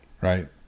Right